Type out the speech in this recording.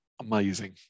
amazing